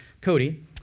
Cody